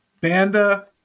Banda